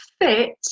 fit